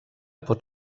pot